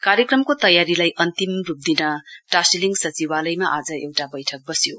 कार्यक्रमको तयारीलाई अन्तिम रूप दिन टाशीलिङ सचिवालयमा एउटा बैठक बस्यो